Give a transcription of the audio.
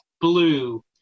blue